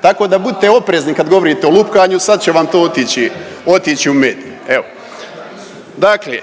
tako da budite oprezni kad govorite o lupkanju. Sad će vam to otići u medije. Evo! Dakle,